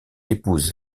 épouse